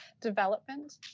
development